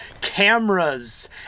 cameras